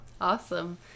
Awesome